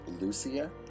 Lucia